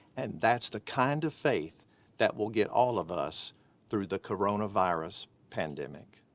and that's the kind of faith that will get all of us through the coronavirus pandemic.